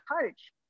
coach